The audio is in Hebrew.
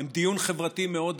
שהם דיון חברתי מאוד עמוק.